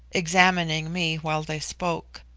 examining me while they spoke.